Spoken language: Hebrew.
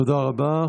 תודה רבה.